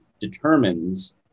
determines